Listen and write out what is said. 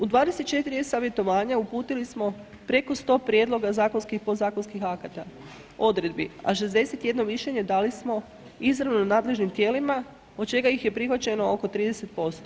U 24 e-savjetovanja uputili smo preko 100 prijedloga zakonskih i podzakonskih akata, odredbi, a 61 mišljenje dali smo izravno nadležnim tijelima od čega ih je prihvaćeno oko 30%